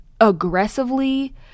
aggressively